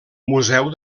museu